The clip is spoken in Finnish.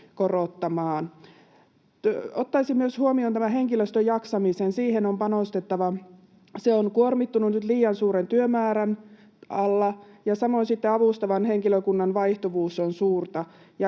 korottamaan. Ottaisin huomioon myös henkilöstön jaksamisen. Siihen on panostettava. Henkilöstö on kuormittunut nyt liian suuren työmäärän alla, samoin avustavan henkilökunnan vaihtuvuus on suurta.